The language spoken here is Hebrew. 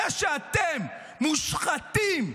זה שאתם מושחתים,